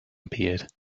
appeared